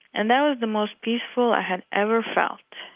and that was the most peaceful i had ever felt.